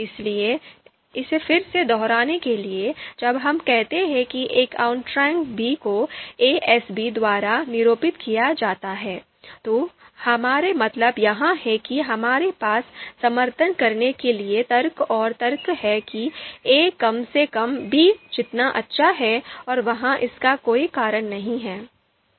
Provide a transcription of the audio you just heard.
इसलिए इसे फिर से दोहराने के लिए जब हम कहते हैं कि एक आउट्रान b को a S b द्वारा निरूपित किया जाता है तो हमारा मतलब यह है कि हमारे पास समर्थन करने के लिए तर्क और तर्क हैं कि a कम से कम b जितना अच्छा है और वहाँ इसका कोई कारण नहीं है